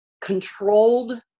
controlled